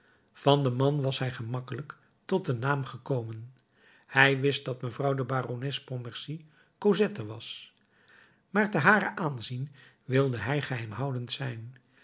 van den man was hij gemakkelijk tot den naam gekomen hij wist dat mevrouw de barones pontmercy cosette was maar te haren aanzien wilde hij geheimhoudend zijn